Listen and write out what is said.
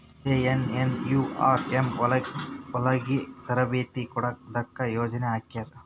JNNURM ಹೊಲಗಿ ತರಬೇತಿ ಕೊಡೊದಕ್ಕ ಯೊಜನೆ ಹಾಕ್ಯಾರ